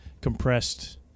compressed